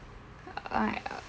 err